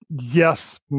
Yes